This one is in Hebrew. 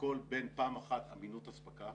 - לשקול בין פעם אחת אמינות אספקה,